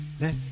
let